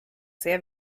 sehr